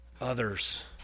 others